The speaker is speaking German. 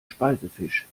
speisefisch